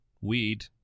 weed